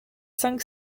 cinq